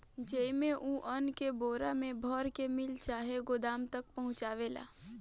जेइमे, उ अन्न के बोरा मे भर के मिल चाहे गोदाम तक पहुचावेला